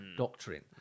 doctrine